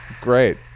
great